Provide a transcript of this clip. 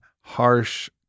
harsh